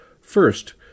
First